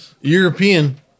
European